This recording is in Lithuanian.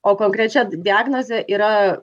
o konkrečią diagnozę yra